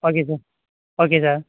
okay sir okay sir